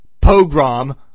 pogrom